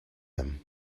him